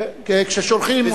כששולחים אותי,